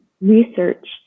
research